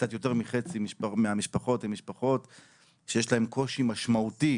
קצת יותר מחצי מהמשפחות הן משפחות שיש להן קושי משמעותי